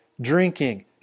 drinking